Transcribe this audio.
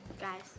Guys